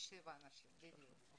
אנסה לעבור ולהגיד, ויש פה 17 חתימות.